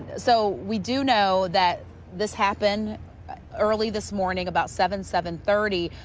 so we do know that this happened early this morning about seven, seven thirty.